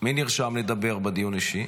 מי נרשם לדבר בדיון אישי?